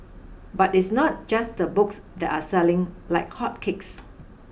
but it's not just the books that are selling like hotcakes